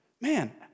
Man